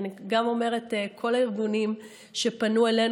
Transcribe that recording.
גם כל הארגונים שפנו אלינו,